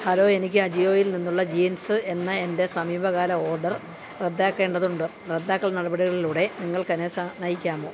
hello എനിക്ക് അജിയോയിൽ നിന്നുള്ള ജീൻസ് എന്ന എൻ്റെ സമീപകാല ഓഡർ റദ്ദാക്കേണ്ടതുണ്ട് റദ്ദാക്കൽ നടപടികളിലൂടെ നിങ്ങൾക്ക് എന്നെ നയിക്കാമോ